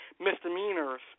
misdemeanors